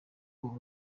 koko